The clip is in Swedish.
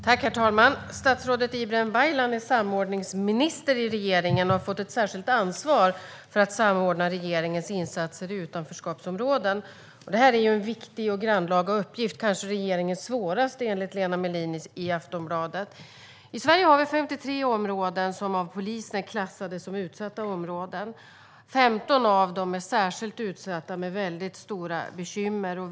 Herr talman! Statsrådet Ibrahim Baylan är samordningsminister i regeringen och har fått ett särskilt ansvar för att samordna regeringens insatser i utanförskapsområden. Det här är en viktig och grannlaga uppgift, kanske regeringens svåraste, enligt Lena Mellin i Aftonbladet. I Sverige har vi 53 områden som av polisen är klassade som utsatta områden. 15 av dem är särskilt utsatta och har väldigt stora bekymmer.